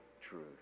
truth